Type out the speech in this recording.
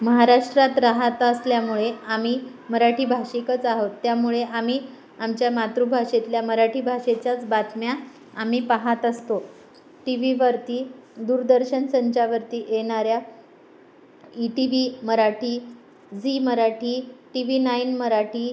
महाराष्ट्रात राहत असल्यामुळे आम्ही मराठी भाषिकच आहोत त्यामुळे आम्ही आमच्या मातृभाषेतल्या मराठी भाषेच्याच बातम्या आम्ही पाहत असतो टी वीवरती दूरदर्शन संचावरती येणाऱ्या E T V Marathi Zee Marathi T V nine Marathi